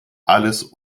alles